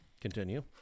continue